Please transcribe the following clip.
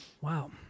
Wow